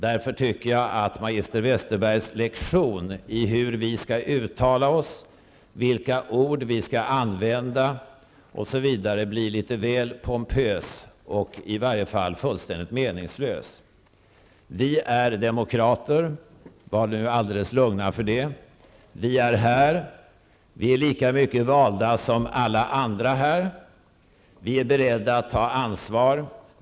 Därför tycker jag att magister Westerbergs lektion i hur vi skall uttala oss, vilka ord vi skall använda, osv. blir litet väl pompös och i varje fall fullständigt meningslös. Vi är demokrater, var alldeles lugna över det. Vi är här. Vi är lika mycket valda som alla andra här. Vi är beredda att ta ansvar.